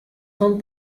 son